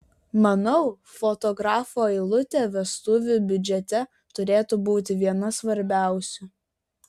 manau fotografo eilutė vestuvių biudžete turėtų būti viena svarbiausių